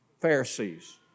Pharisees